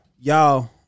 Y'all